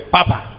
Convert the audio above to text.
Papa